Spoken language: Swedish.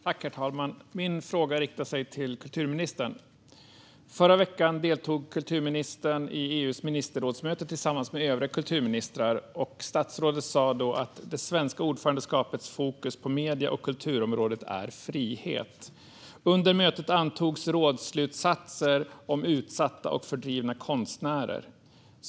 Herr talman! Min fråga riktar sig till kulturministern. Förra veckan deltog kulturministern vid EU:s ministerrådsmöte tillsammans med övriga kulturministrar. Statsrådet sa då att det svenska ordförandeskapets fokus på medie och kulturområdet är frihet. Under mötet antogs rådsslutsatser om utsatta och fördrivna konstnärer.